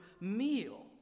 meal